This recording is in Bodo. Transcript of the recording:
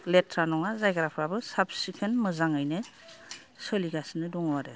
लेथ्रा नङा जायगाफ्राबो साब सिखोन मोजाङैनो सोलिगासिनो दङ आरो